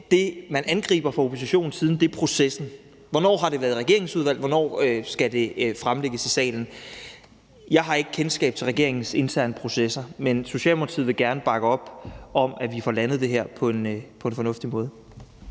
det, man angriber fra oppositionens side, processen: Hvornår har det været i regeringsudvalg, og hvornår skal det fremsættes i salen? Jeg har ikke kendskab til regeringens interne processer, men Socialdemokratiet vil gerne bakke op om, at vi får landet det her på en fornuftig måde.